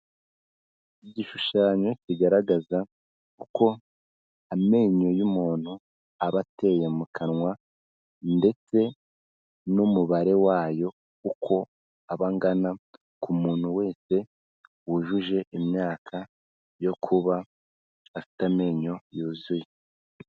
Igishushanyo kigaragaza uko amenyo y'umuntu aba ateye mu kanwa ndetse n'umubare wayo uko aba angana, ku muntu wese wujuje imyaka yo kuba afite amenyo yuzuye.